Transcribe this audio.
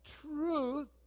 truth